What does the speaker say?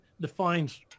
defines